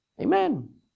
Amen